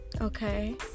Okay